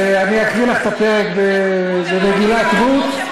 זה אני אקריא לך את הפרק במגילת רות,